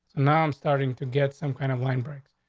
now i'm starting to get some kind of line breaks.